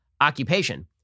occupation